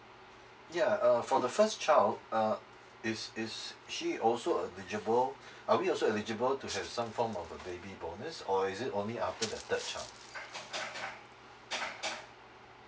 ya err for the first child uh is is she also eligible are we also eligible to have some form of a baby bonus or is it only after the third child